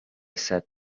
said